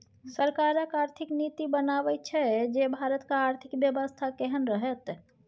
सरकारक आर्थिक नीति बताबैत छै जे भारतक आर्थिक बेबस्था केहन रहत